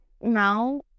now